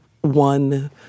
one